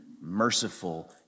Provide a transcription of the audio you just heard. merciful